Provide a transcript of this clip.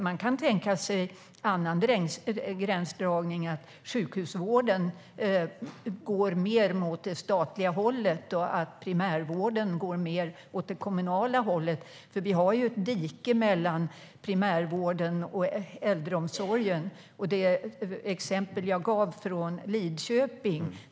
Man kan tänka sig en annan gränsdragning och att sjukhusvården går mer mot det statliga hållet och att primärvården går mer åt det kommunala hållet. Vi har ju ett dike mellan primärvården och äldreomsorgen. Jag gav ett exempel från Lidköping.